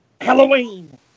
Halloween